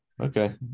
okay